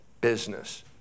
business